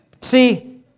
See